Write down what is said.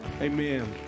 Amen